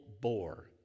bore